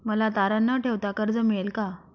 मला तारण न ठेवता कर्ज मिळेल का?